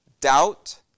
doubt